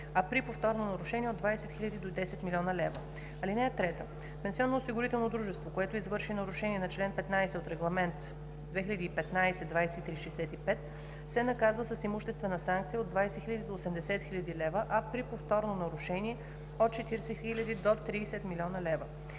а при повторно нарушение – от 20 000 до 10 000 000 лв. (3) Пенсионноосигурително дружество, което извърши нарушение на чл. 15 от Регламент (ЕС) № 2015/2365, се наказва с имуществена санкция от 20 000 до 80 000 лв., а при повторно нарушение – от 40 000 до 30 000 000